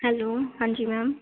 hello ਹਾਂਜੀ ma'am